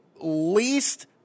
least